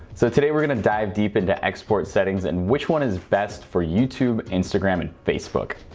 so today we're gonna dive deep into export settings and which one is best for youtube, instagram and facebook.